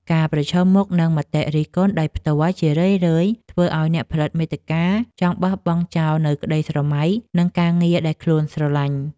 ការប្រឈមមុខនឹងមតិរិះគន់ដោយផ្ទាល់ ជារឿយៗធ្វើឱ្យអ្នកផលិតមាតិកាចង់បោះបង់ចោលនូវក្តីស្រមៃ និងការងារដែលខ្លួនស្រឡាញ់។